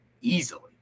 easily